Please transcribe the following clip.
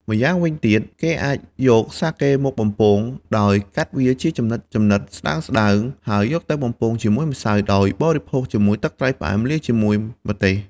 ម្យ៉ាងវិញទៀត គេអាចយកសាកេមកបំពង ដោយកាត់វាជាចំណិតៗស្ដើងៗ ហើយយកទៅបំពងជាមួយម្សៅ ដោយបរិភោគជាមួយទឹកត្រីផ្អែមលាយជាមួយម្ទេស។